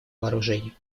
вооружений